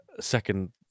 second